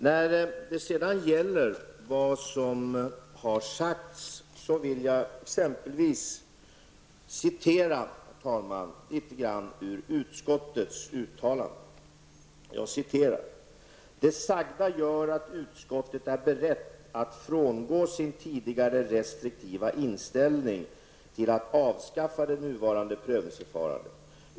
När det gäller vad som har sagts, vill jag citera litet grand ur utskottets uttalande: ''Det sagda gör att utskottet är berett att frångå sin tidigare restriktiva inställning till att avskaffa det nuvarande prövningsförfarandet.